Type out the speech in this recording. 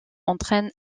entraîne